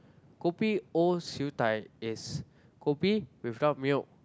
kopi O Siew -Dai is kopi without milk